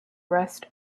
rest